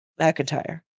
McIntyre